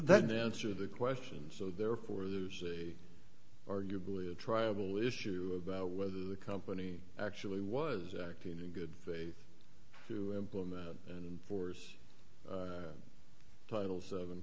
that nancy are the questions so therefore there's a arguably a tribal issue about whether the company actually was acting in good faith to implement and force title seven